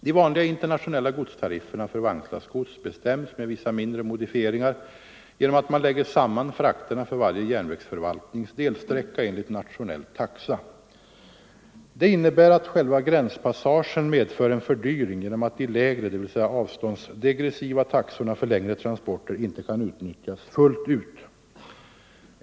De vanliga internationella godstarifferna för vagnslastgods bestäms — med vissa mindre modifieringar —- genom att man lägger samman frakterna för varje järnvägsförvaltnings delsträcka enligt nationell taxa. Detta innebär att själva gränspassagen medför en fördyring genom att de lägre — dvs. avståndsdegressiva — taxorna för längre transporter inte kan utnyttjas fullt ut.